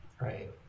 Right